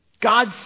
God